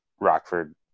Rockford